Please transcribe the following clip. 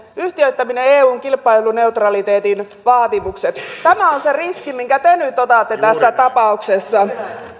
yhtiöittäminen eun kilpailuneutraliteetin vaatimukset tämä on se riski minkä te nyt nyt otatte tässä tapauksessa